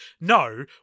No